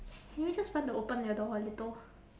can you just run to open your door a little